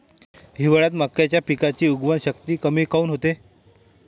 हिवाळ्यात मक्याच्या पिकाची उगवन शक्ती कमी काऊन होते?